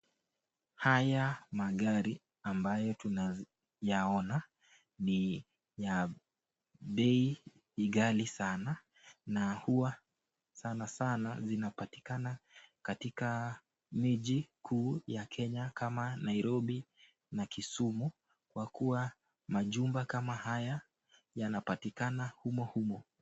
Haya magari ambayo tunayaona ni ya bei ghali sana na hua sana sana inapatikana katika miji kuu ya Kenya kama Nairobi na Kisumu jwa kua majumba kama haya yanapatikana humo humo.